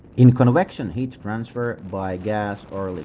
in convection heat transfer by gas or like